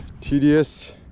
tedious